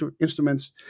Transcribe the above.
instruments